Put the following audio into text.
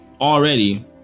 already